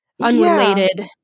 unrelated